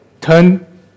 Turn